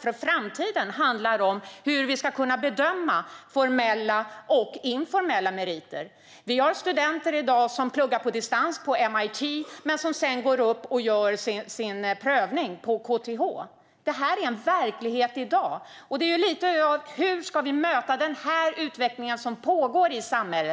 För framtiden handlar det om hur vi ska kunna bedöma formella och informella meriter. I dag finns det studenter som pluggar på MIT på distans och som sedan går upp och gör sin prövning på KTH. Detta är alltså verklighet redan i dag. Det är lite av detta jag undrar över. Hur ska vi möta den utveckling som pågår i samhället?